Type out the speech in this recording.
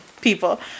people